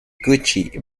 gucci